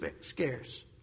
scarce